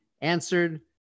answered